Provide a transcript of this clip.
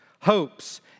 hopes